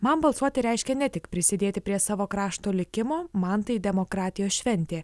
man balsuoti reiškia ne tik prisidėti prie savo krašto likimo man tai demokratijos šventė